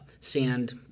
sand